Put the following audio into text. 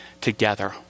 together